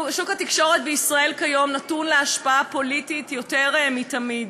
שוק התקשורת בישראל כיום נתון להשפעה פוליטית יותר מתמיד,